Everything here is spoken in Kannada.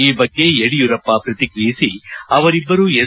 ಈ ಬಗ್ಗೆ ಯಡಿಯೂರಪ್ಪ ಪ್ರತಿಕ್ರಿಯಿಸಿ ಅವರಿಬ್ಬರೂ ಎಸ್